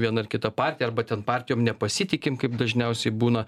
vieną ar kitą partiją arba ten partijom nepasitikim kaip dažniausiai būna